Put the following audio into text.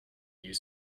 you